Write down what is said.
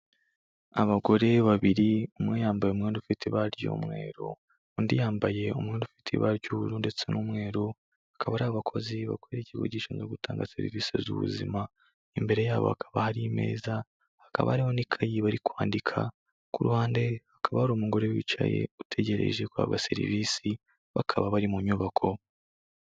Abagore babiri, umwe yambaye umwenda ufite iba ry'umweru, undi yambaye umwenda ufite ibara ry'uburu ndetse n'umweru, akaba ari abakozi bakorera ikigo gishinzwe gutanga serivisi z'ubuzima, imbere yabo hakaba hari meza, hakaba hariho n'ikayi bari kwandika, ku ruhande hakaba hari umugore wicaye utegereje guhabwa serivisi, bakaba bari mu nyubako.